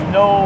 no